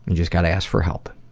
and just gotta ask for help.